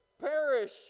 Perish